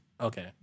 Okay